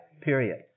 period